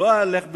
לא אהלך בגדולות,